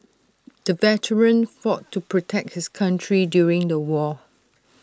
the veteran fought to protect his country during the war